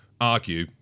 argue